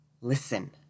Listen